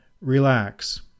relax